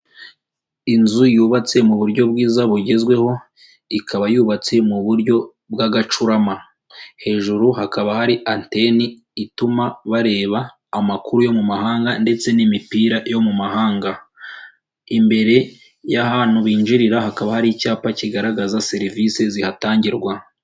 Inzu yubatse mu buryo bwiza bugezweho ikaba yubatse mu buryo bw'agacurama, hejuru hakaba hari anteni ituma bareba amakuru yo mu mahanga ndetse n'imipira yo mu mahanga, imbere y'ahantu binjirira hakaba hari icyapa kigaragaza serivise zihatangirwa.